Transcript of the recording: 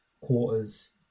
quarters